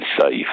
safe